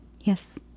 Yes